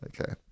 Okay